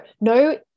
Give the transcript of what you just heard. no